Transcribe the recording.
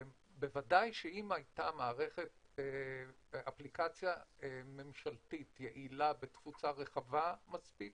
בוודאי שאם הייתה מערכת אפליקציה ממשלתית יעילה בתפוצה רחבה מספיק,